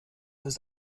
ist